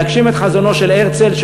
להגשים את חזונו של הרצל,